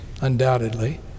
undoubtedly